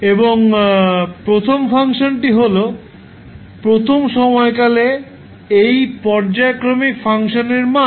এবং প্রথম ফাংশনটি হল প্রথম সময়কালে এই পর্যায়ক্রমিক ফাংশনের মান